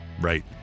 right